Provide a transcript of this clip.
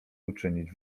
uczynić